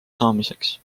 saamiseks